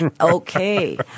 Okay